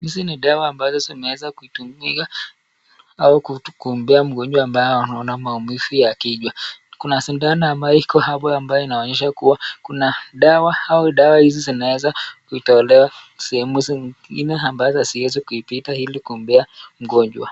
Hizi ni dawa ambazo zinaweza kutumika au kumpea mgonjwa ambaye anaona maumivu ya kichwa. Kuna sindano ambayo iko hapo ambayo inaonyesha kuwa kuna dawa au dawa hizi zinaweza kutolewa sehemu zingine ambazo siezi kuipita ili kumpea mgonjwa.